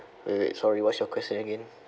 wait wait sorry what's your question again